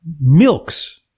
milks